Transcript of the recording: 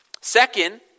Second